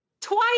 Twice